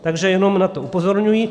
Takže jenom na to upozorňuji.